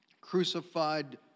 crucified